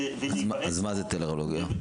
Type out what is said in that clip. אז מה זה טלרדיולוגיה?